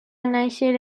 nàixer